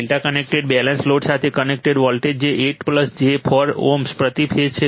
∆ connected balance load સાથે connected voltage જે 8 j 4 Ω પ્રતિ ફેઝ છે